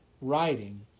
writing